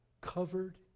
covered